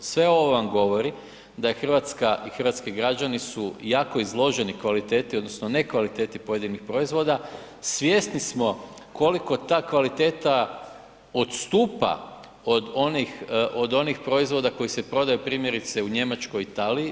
Sve ovo vam govori da je Hrvatska i hrvatski građani su jako izloženi kvaliteti odnosno nekvaliteti pojedinih proizvoda, svjesni smo koliko ta kvaliteta odstupa od onih proizvoda koji se prodaju primjerice u Njemačkoj i Italiji.